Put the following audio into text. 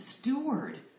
steward